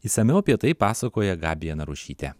išsamiau apie tai pasakoja gabija narušytė